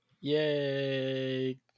Yay